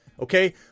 Okay